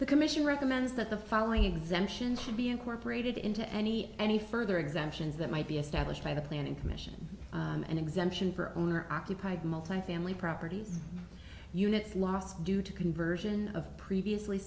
the commission recommends that the following exemptions should be incorporated into any any further exemptions that might be established by the planning commission and exemption for owner occupied multifamily properties units lost due to conversion of previously